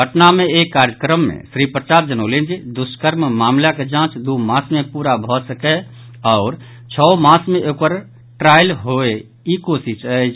पटना मे एक कार्यक्रम मे श्री प्रसाद जनौलनि जे दुष्कर्म मामिलाक जांच दू मास मे पूरा भऽ सकय आओर छओ मास मे ओकर ट्रायल होए ई कोशिश अछि